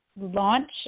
launch